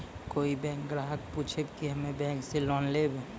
कोई बैंक ग्राहक पुछेब की हम्मे बैंक से लोन लेबऽ?